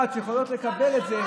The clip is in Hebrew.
בגיל 21 יכולות לקבל את זה.